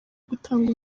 gutanga